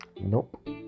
nope